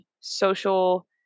social